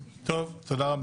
טוב, תודה רבה.